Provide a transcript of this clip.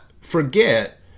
forget